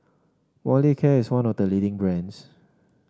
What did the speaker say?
Molicare is one of the leading brands